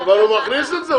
אבל הוא מכניס את זה.